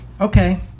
Okay